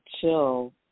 chill